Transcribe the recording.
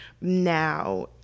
now